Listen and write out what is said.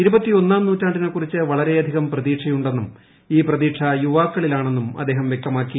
ഇരുപത്തിയൊന്നാം നൂറ്റാണ്ടിനെക്കുറിച്ച് വളരെയ ധികം പ്രതീക്ഷയുണ്ടെന്നും ഈ പ്രതീക്ഷ യുവാക്കളിലാ ണെന്നും അദ്ദേഹം വ്യക്തമാക്കി